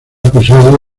acusado